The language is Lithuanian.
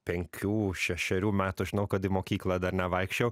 penkių šešerių metų žinau kad į mokyklą dar nevaikščio